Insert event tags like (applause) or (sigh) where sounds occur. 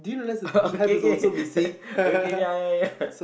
oh (laughs) K K okay ya ya ya (laughs)